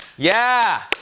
yeah.